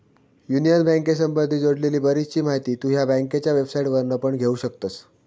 union बँकेसंबधी जोडलेली बरीचशी माहिती तु ह्या बँकेच्या वेबसाईटवरना पण घेउ शकतस